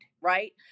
right